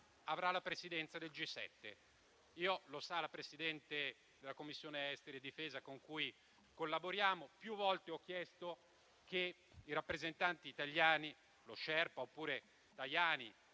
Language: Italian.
avrà la Presidenza del G7. Come sa la Presidente della 3a Commissione, con cui collaboriamo, più volte ho chiesto che i rappresentanti italiani (lo *sherpa* oppure Tajani